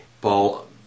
Paul